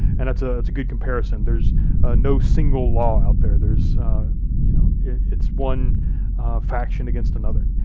and that's ah that's a good comparison. there's no single law out there, there's you know, it's one faction against another.